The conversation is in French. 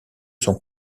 son